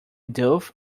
doth